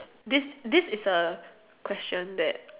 this this is a question that